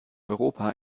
europa